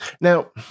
Now